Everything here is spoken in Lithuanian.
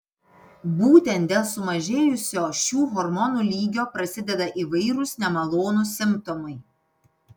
būtent dėl sumažėjusio šių hormonų lygio prasideda įvairūs nemalonūs simptomai